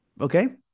Okay